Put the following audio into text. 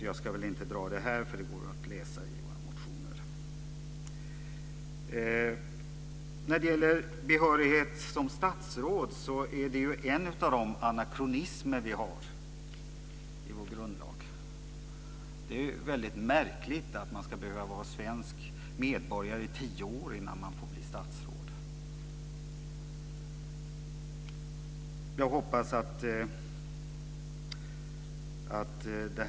Jag ska inte dra det här, för det går att läsa i våra motioner. Bestämmelsen om behörighet som statsråd är en av anakronismerna i vår grundlag. Det är märkligt att man ska behöva vara svensk medborgare i tio år innan man får bli statsråd.